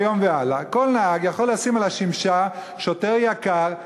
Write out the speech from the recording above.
מהיום והלאה כל נהג יכול לשים על השמשה: שוטר יקר,